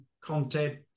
content